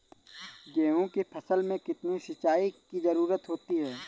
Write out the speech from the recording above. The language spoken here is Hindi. गेहूँ की फसल में कितनी सिंचाई की जरूरत होती है?